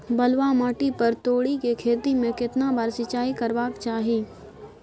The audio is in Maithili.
बलुआ माटी पर तोरी के खेती में केतना बार सिंचाई करबा के चाही?